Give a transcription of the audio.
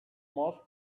most